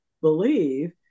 believe